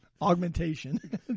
Augmentation